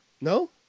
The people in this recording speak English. No